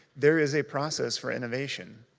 there is a process for innovation.